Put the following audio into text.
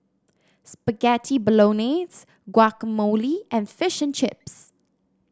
Spaghetti Bolognese Guacamole and Fish and Chips